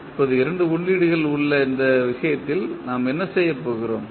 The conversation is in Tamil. இப்போது இரண்டு உள்ளீடுகள் உள்ள இந்த விஷயத்தில் நாம் என்ன செய்யப்போகிறோம்